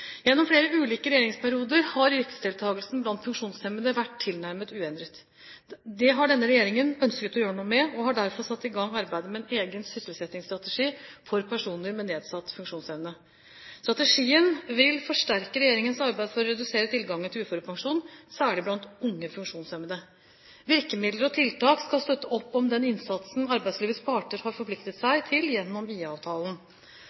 Gjennom flere ulike regjeringsperioder har yrkesdeltakelsen blant funksjonshemmede vært tilnærmet uendret. Det har denne regjeringen ønsket å gjøre noe med og har derfor satt i gang arbeidet med en egen sysselsettingsstrategi for personer med nedsatt funksjonsevne. Strategien vil forsterke regjeringens arbeid for å redusere tilgangen til uførepensjon, særlig blant unge funksjonshemmede. Virkemidler og tiltak skal støtte opp om den innsatsen arbeidslivets parter har forpliktet